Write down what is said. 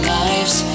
lives